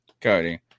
Cody